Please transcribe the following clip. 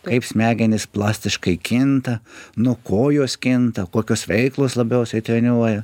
kaip smegenys plastiškai kinta nuo ko jos kinta kokios veiklos labiausiai treniruoja